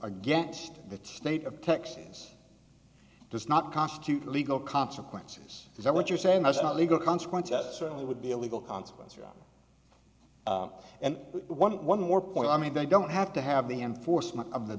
against the state of texas does not constitute legal consequences is that what you're saying that's not legal consequence that certainly would be a legal consequence and one more point i mean they don't have to have the enforcement of the